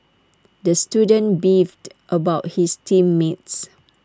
the student beefed about his team mates